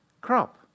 crop